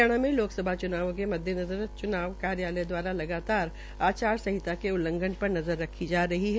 हरियाणा के लोकसभा चुनावों के मद्देनज़र चुनाव कार्यालय द्वारा लगातार आचार सहिता के उल्लंघन पर नज़र रखी जा रही है